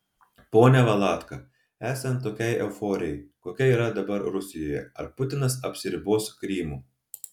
pone valatka esant tokiai euforijai kokia yra dabar rusijoje ar putinas apsiribos krymu